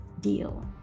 deal